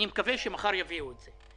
אני מקווה שמחר יביאו את זה.